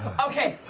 okay.